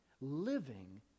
Living